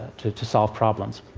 to to solve problems.